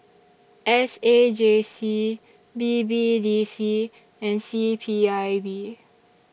S A J C B B D C and C P I B